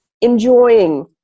enjoying